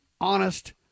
honest